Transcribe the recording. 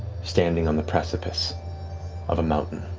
standing on the precipice of a mountain.